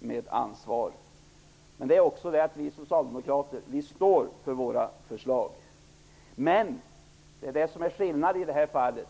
med ansvar. Vi socialdemokrater står också för våra förslag. Det är det som är skillnaden i det här fallet.